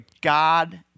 God